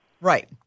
Right